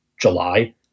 July